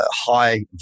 high